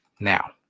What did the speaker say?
Now